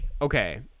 okay